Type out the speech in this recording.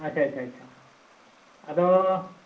ᱟᱪ ᱷᱟ ᱟᱪ ᱷᱟ ᱟᱪᱪᱷᱟ ᱟᱫᱚ